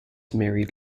married